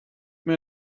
mir